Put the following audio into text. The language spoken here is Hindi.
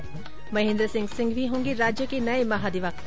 ्म महेन्द्र सिंह सिंघवी होंगे राज्य के नये महाधिवक्ता